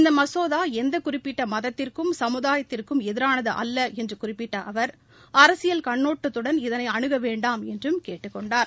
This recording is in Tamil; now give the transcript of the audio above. இந்த மசோதா எந்த குறிப்பிட்ட மதத்திற்கும் சமுதாயத்திற்கும் எதிரானது அல்ல என்று குறிப்பிட்ட அவர்அரசியல் கண்ணோட்டத்துடன் இதனை அனுக வேண்டாம் என்றும் கேட்டுக்கொண்டார்